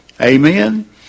Amen